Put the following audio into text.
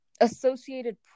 Associated